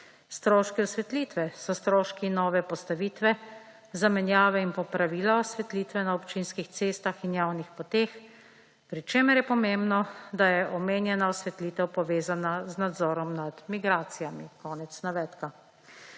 Stroški osvetlitve so stroški nove postavitve, zamenjave in popravila osvetlitve na občinskih cestah in javnih potek, pri čemer je pomembno, da je omenjena osvetlitev povezana z nadzorom nad migracijami.«